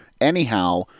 anyhow